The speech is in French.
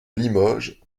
limoges